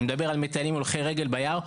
הולכי רגל ביער,